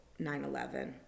9-11